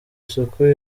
isuku